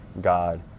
God